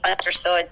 understood